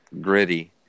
gritty